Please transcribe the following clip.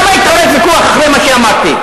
למה התעורר ויכוח אחרי מה שאמרתי?